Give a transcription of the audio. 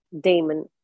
Damon